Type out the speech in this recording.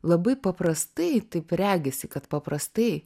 labai paprastai taip regisi kad paprastai